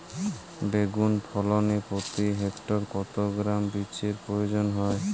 বেগুন ফলনে প্রতি হেক্টরে কত গ্রাম বীজের প্রয়োজন হয়?